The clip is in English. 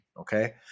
okay